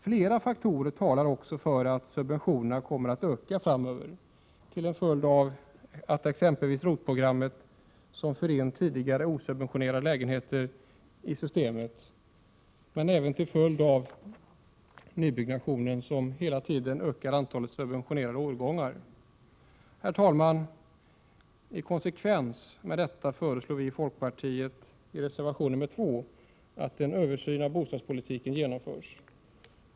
Flera faktorer visar också på att subventionerna kommer att öka framöver till följd av exempelvis ROT-programmet, som för in tidigare osubventionerade lägenheter i systemet, men även till följd av nybyggnationen, som hela tiden ökar antalet subventionerade årgångar. Herr talman! I konsekvens med detta föreslår vi inom folkpartiet i reservation nr 2 vid betänkande 10 att en översyn av bostadspolitiken genomförs.